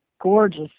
gorgeous